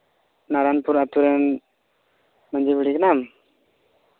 ᱱᱟᱨᱟᱭᱚᱱᱯᱩᱨ ᱟᱹᱛᱩ ᱨᱮᱱ ᱢᱟᱹᱡᱷᱤ ᱵᱩᱲᱦᱤ ᱠᱟᱱᱟᱢ